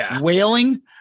wailing